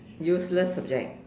useless subject